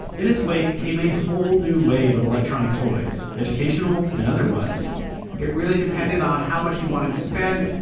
in its wake came a whole new wave of electronic toys, educational and otherwise it really depended on how much you wanted to spend,